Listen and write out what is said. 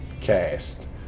cast